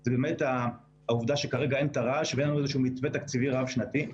זו העובדה שאין תר"ש ואין לנו איזשהו מתווה תקציבי רב-שנתי.